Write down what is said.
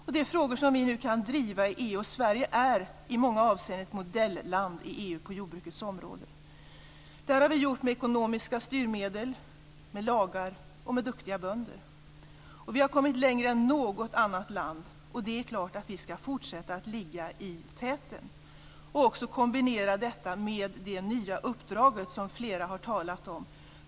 Det är frågor som vi nu kan driva i EU. Sverige är i många avseenden ett modelland i EU på jordbrukets område. Detta har vi gjort med ekonomiska styrmedel, med lagar och med duktiga bönder. Vi har kommit längre än något annat land. Det är klart att vi ska fortsätta att ligga i täten och kombinera detta med det nya uppdrag som flera har talat om.